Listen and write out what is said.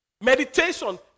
Meditation